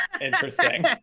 Interesting